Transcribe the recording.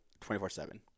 24/7